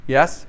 Yes